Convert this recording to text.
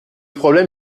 problème